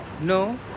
No